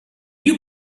you